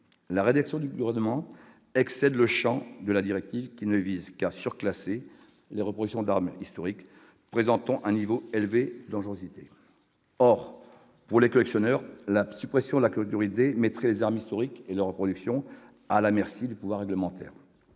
le projet de loi excède le champ de la directive, qui ne vise qu'à « surclasser » les reproductions d'armes historiques présentant un niveau élevé de dangerosité. Or, pour les collectionneurs, la suppression de la catégorie D mettrait les armes historiques et leurs reproductions « à la merci du pouvoir réglementaire